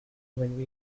when